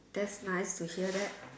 that's nice to hear that